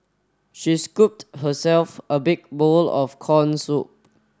she scooped herself a big bowl of corn soup